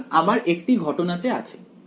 সুতরাং আমার একটি ঘটনাতে আছে